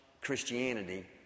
Christianity